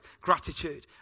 gratitude